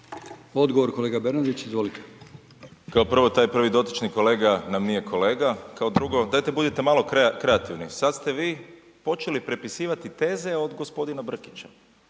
izvolite. **Bernardić, Davor (SDP)** Kao prvo, taj prvi dotični kolega nam nije kolega, kao drugo, dajte budite malo kreativni. Sad ste vi počeli prepisivati teze od g. Brkića.